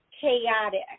chaotic